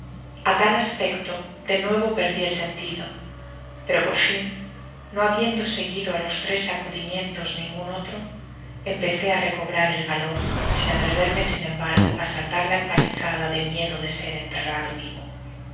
a tal aspecto de nuevo perdi el sentido pero por fin no habiendo seg uido los tres sacudimientos ningun otro empece k recobrar el valor sin atreverme sin embargo á saltar la empalizada de miedo de ser enterrado vivo